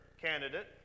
candidate